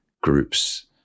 groups